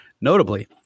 Notably